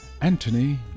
Anthony